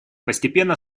постепенно